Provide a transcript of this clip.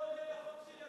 אתה לא עונה לחוק שלי,